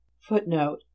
Footnote